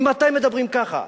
ממתי מדברים כך?